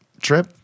trip